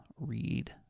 read